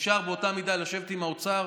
אפשר באותה מידה לשבת עם האוצר.